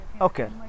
okay